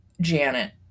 Janet